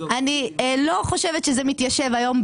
אני לא חושבת שזה מתיישב היום,